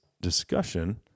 discussion